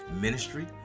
ministry